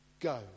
Go